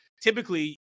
typically